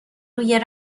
روی